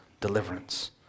deliverance